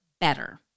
better